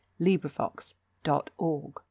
LibriVox.org